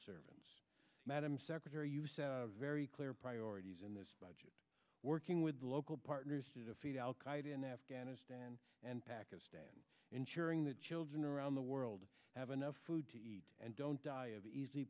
servants madam secretary you set a very clear priorities in this budget working with local partners to defeat al qaeda in afghanistan and pakistan ensuring that children around the world have enough food to eat and don't die of easy